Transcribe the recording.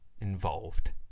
involved